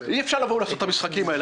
שאי אפשר לבוא ולעשות את המשחקים האלו.